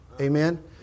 Amen